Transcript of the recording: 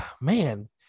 Man